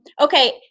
Okay